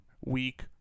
week